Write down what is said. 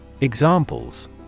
Examples